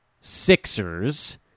Sixers